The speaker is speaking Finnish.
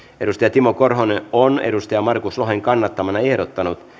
timo korhonen on markus lohen kannattamana ehdottanut